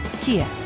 Kia